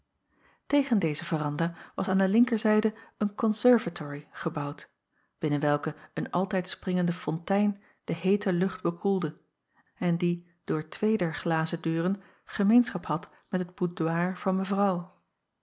tegen deze veranda was aan de linkerzijde een conservatory gebouwd binnen welke een altijd springende fontein de heete lucht bekoelde en die door twee der glazen deuren gemeenschap had met het boudoir van mevrouw